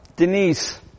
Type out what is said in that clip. Denise